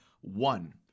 one